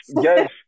yes